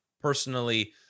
personally